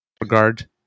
Regard